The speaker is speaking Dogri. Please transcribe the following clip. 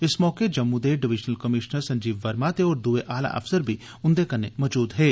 इस मौके जम्मू दे डिवीजनल कमीशनर संजीव वर्मा ते होर दूए आला अफ्सर बी उंदे कन्नै हे